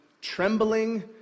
trembling